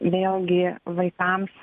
vėlgi vaikams